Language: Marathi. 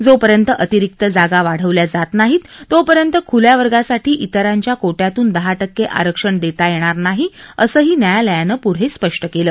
जोपर्यंत अतिरिक्त जागा वाढवल्या जात नाहीत तोपर्यंत खुल्या वर्गासाठी विरांच्या कोट्यातून दहा टक्के आरक्षण देता येणार नाही असंही न्यायालयानं पुढे स्पष्ट केलं